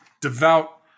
devout